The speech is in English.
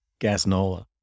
Gasnola